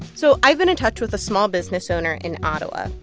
so i've been in touch with a small business owner in ottawa.